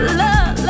love